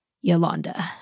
Yolanda